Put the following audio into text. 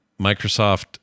Microsoft